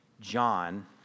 John